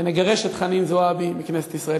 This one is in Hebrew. ונגרש את חנין זועבי מכנסת ישראל.